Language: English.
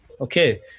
okay